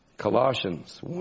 Colossians